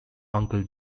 uncle